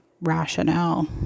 rationale